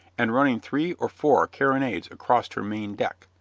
and running three or four carronades across her main deck.